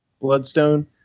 Bloodstone